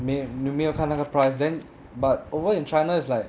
没没有看那个 price then but over in china is like